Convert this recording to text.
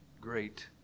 great